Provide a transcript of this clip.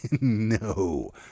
No